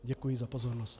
Děkuji za pozornost.